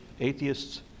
atheists